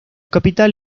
capital